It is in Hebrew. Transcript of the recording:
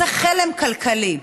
זה חלם כלכלי.